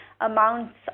amounts